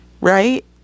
right